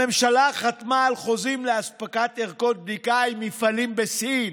הממשלה חתמה על חוזים לאספקת ערכות בדיקה עם מפעלים בסין.